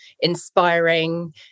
inspiring